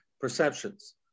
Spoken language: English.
perceptions